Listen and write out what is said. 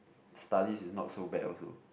studies is not so bad also